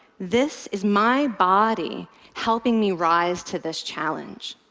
this is my body helping me rise to this challenge.